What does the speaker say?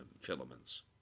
filaments